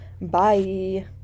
bye